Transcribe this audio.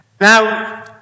Now